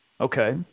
Okay